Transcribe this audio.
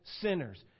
sinners